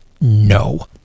no